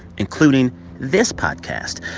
including this podcast.